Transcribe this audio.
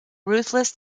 ruthless